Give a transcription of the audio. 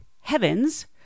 heavens